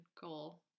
goal